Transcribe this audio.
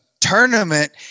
tournament